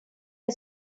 que